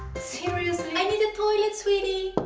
seriously! i need the toilet sweetie.